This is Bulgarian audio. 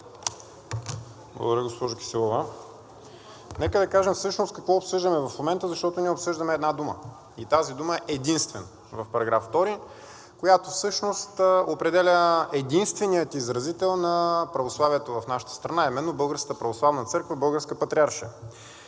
Благодаря, госпожо Киселова. Нека да кажем всъщност какво обсъждаме в момента, защото ние обсъждаме една дума и тази дума е „единствен“ в параграф 2, която всъщност определя единствения изразител на православието в нашата страна, а именно Българската православна църква, Българската патриаршия.